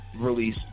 release